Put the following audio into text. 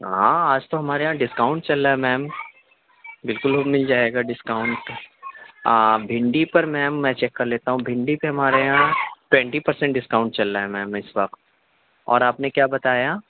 ہاں آج تو ہمارے یہاں ڈسکاؤنٹ چل رہا ہے میم بالکل مِل جائے گا ڈسکاؤنٹ بھنڈی پر میم میں چیک کر لیتا ہوں بھنڈی پہ ہمارے یہاں ٹوینٹی پرسینٹ ڈسکاؤنٹ چل رہا ہے میم اِس وقت اور آپ نے کیا بتایا